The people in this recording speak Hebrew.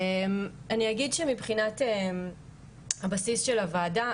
אני אגיד שמבחינת הבסיס של הוועדה,